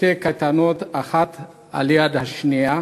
שתי קייטנות אחת ליד השנייה